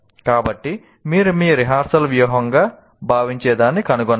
కాబట్టి మీరు మీ రిహార్సల్ వ్యూహంగా భావించేదాన్ని కనుగొనాలి